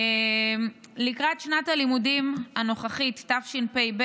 לקראת שנת הלימודים הנוכחית, תשפ"ב,